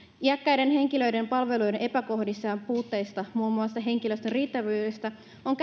iäkkäiden henkilöiden palveluiden epäkohdista ja ja puutteista muun muassa henkilöstön riittävyydestä on